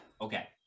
Okay